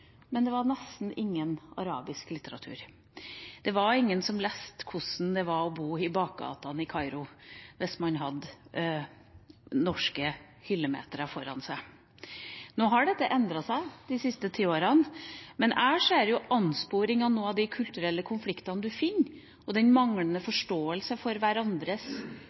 men det var nesten ingen arabisk skjønnlitteratur. Det var ingen som leste om hvordan det var å bo i bakgatene i Kairo, hvis man bare hadde norske hyllemetere foran seg. Dette har endret seg de siste ti årene, men jeg ser en ansporing til noen av de kulturelle konfliktene vi finner, og den manglende forståelsen for hverandres